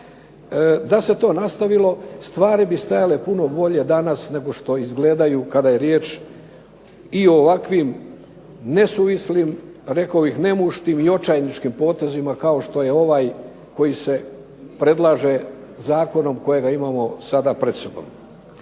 DA se to nastavilo stvari bi stajale puno bolje danas nego što izgledaju kada je riječ o ovakvim rekao bih nesuvislim, nemuštim i očajničkim potezima kao što je ovaj koji se predlaže Zakonom kojeg imamo sada pred sobom.